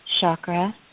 chakra